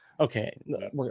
Okay